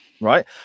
right